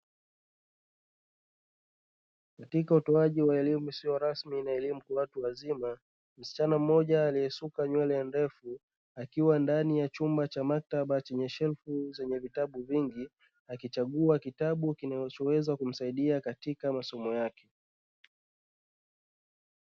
Katika utoaji wa elimu isiyokuwa rasmi na elimu ya watu wazima, msichana mmoja aliyesuka nywele ndefu, akiwa ndani ya chumba cha maktaba chenye sherfu zenye vitabu vingi akichagua kitabu kinachoweza kumsaidia katika masomo yake.